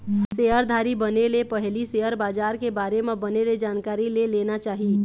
सेयरधारी बने ले पहिली सेयर बजार के बारे म बने ले जानकारी ले लेना चाही